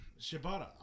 Shibata